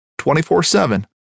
24-7